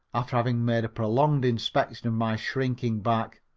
after having made a prolonged inspection of my shrinking back.